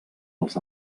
els